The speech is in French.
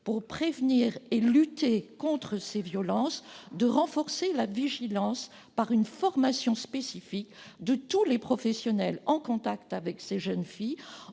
pour lutter contre ces violences et les prévenir, de renforcer la vigilance par une formation spécifique de tous les professionnels en contact avec ces jeunes filles,